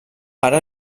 ara